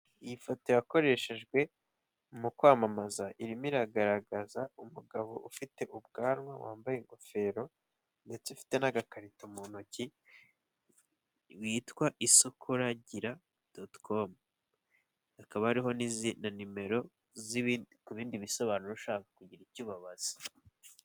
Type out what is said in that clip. Iyi foto yakoreshejwe mu kwamamaza irimo iragaragaza umugabo ufite ubwanwa, wambaye ingofero ndetse afite n'agakarito mu ntoki, witwa isoko ragira dotikomu, hakaba hariho na nimero ku bindi bisobanuro ushaka kugira icyo ubazaza.